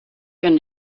going